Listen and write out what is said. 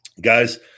guys